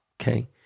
Okay